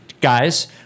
guys